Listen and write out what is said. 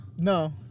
No